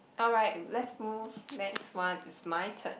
alright let's move next one is my turn